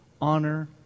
honor